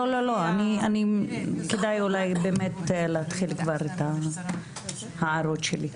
אולי כדאי שאתחיל להעיר את ההערות שלי.